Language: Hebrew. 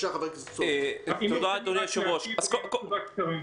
אני רוצה להגיד דברי תשובה קצרים.